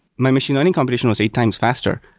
my machine learning computation was eight times faster.